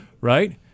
right